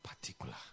particular